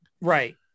right